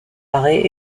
arrêt